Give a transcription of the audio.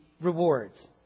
rewards